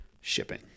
shipping